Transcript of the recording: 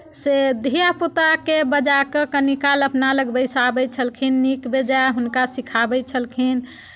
से धियापुताकेँ बजा कऽ कनि काल अपना लग बैसाबैत छलखिन नीक बेजाए हुनका सिखाबैत छलखिन